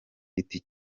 giti